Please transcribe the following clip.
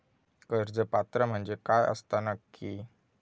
कर्ज पात्र म्हणजे काय असता नक्की?